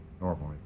normally